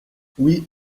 oui